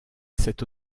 cet